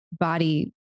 body